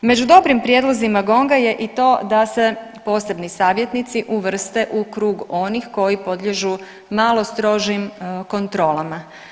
Među dobrim prijedlozima Gonga je i to da se posebni savjetnici uvrste u krug onih koji podliježu malo strožim kontrolama.